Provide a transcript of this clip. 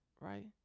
Right